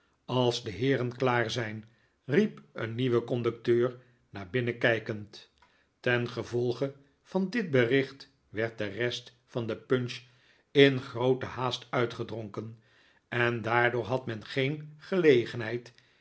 als de heeren klaar zijn riep een nieuwe conducteur naar binnen kijkend tengevolge van dit bericht werd de rest van de punch in groote haast uitgedronken en daardoor had men geen gelegenheid